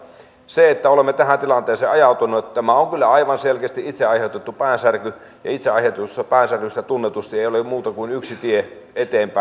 se että olemme tähän tilanteeseen ajautuneet on kyllä aivan selkeästi itse aiheutettu päänsärky ja itse aiheutetusta päänsärystä tunnetusti ei ole muuta kuin yksi tie eteenpäin